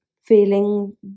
feeling